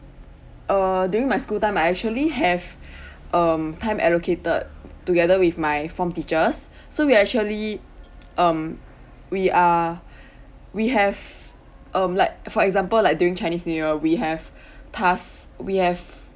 err during my school time I actually have um time allocated together with my form teachers so we actually um we are we have um like for example like during chinese new year we have task we have